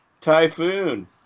Typhoon